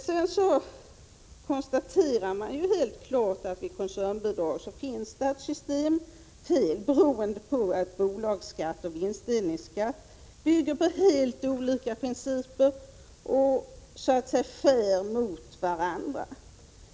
Sedan konstaterar man helt klart att det i fråga om koncernbidrag finns ett systemfel, beroende på att bolagsskatten och vinstdelningsskatten bygger på helt olika principer och så att säga skär mot varandra.